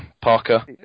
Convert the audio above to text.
Parker